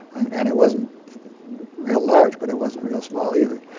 and it wasn't real large, but it wasn't real small either.